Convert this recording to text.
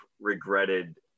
regretted